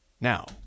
now